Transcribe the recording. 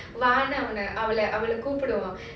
வானு உன்ன அவள அவள கூப்பிடுவ:vaanu unna avala avala kupdiduva